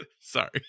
Sorry